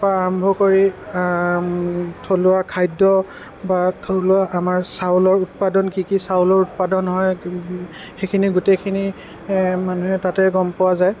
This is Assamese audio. পৰা আৰম্ভ কৰি থলুৱা খাদ্য বা থলুৱা আমাৰ চাউলৰ উৎপাদন কি কি চাউলৰ উৎপাদন হয় সেইখিনি গোটেইখিনি মানুহে তাতেই গম পোৱা যায়